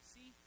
See